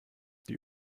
die